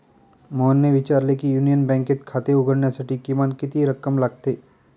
मोहनने विचारले की युनियन बँकेत खाते उघडण्यासाठी किमान किती रक्कम लागते?